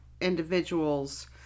individuals